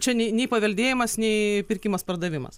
čia nei nei paveldėjimas nei pirkimas pardavimas